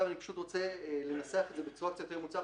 אני ארצה לנסח את זה בצורה קצת יותר מוצלחת,